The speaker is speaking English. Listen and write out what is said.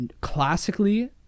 classically